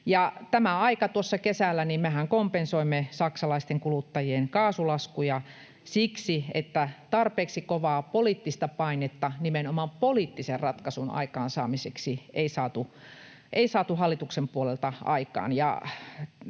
Ja tuossa kesällähän me kompensoimme saksalaisten kuluttajien kaasulaskuja siksi, että tarpeeksi kovaa poliittista painetta nimenomaan poliittisen ratkaisun aikaansaamiseksi ei saatu hallituksen puolelta aikaan.